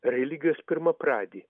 religijos pirmapradį